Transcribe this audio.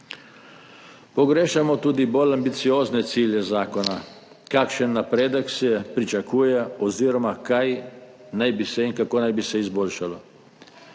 Pogrešamo tudi bolj ambiciozne cilje zakona, kakšen napredek se pričakuje oziroma kaj in kako naj bi se izboljšalo.